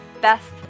best